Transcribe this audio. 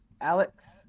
Alex